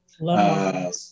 Love